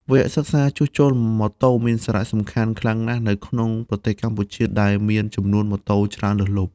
វគ្គសិក្សាជួសជុលម៉ូតូមានសារៈសំខាន់ខ្លាំងណាស់នៅក្នុងប្រទេសកម្ពុជាដែលមានចំនួនម៉ូតូច្រើនលើសលប់។